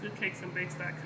goodcakesandbakes.com